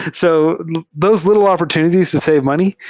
so those little opportunities to save money,